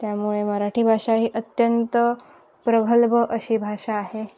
त्यामुळे मराठी भाषा ही अत्यंत प्रगल्भ अशी भाषा आहे